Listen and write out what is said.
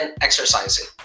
exercising